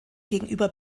gegenüber